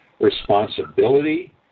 responsibility